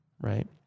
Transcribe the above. Right